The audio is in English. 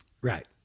Right